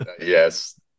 Yes